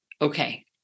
okay